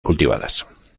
cultivadas